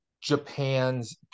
Japan's